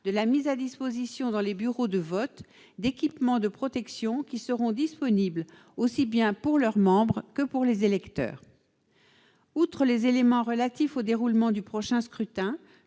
de la mise à disposition dans les bureaux de vote d'équipements de protection, à destination aussi bien de leurs membres que des électeurs. Outre les mesures relatives au déroulement du prochain scrutin,